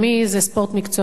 זה ספורט מקצועני,